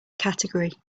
category